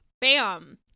Bam